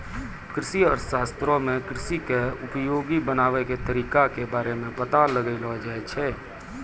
कृषि अर्थशास्त्रो मे कृषि के उपयोगी बनाबै के तरिका के बारे मे पता लगैलो जाय छै